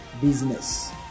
business